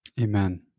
Amen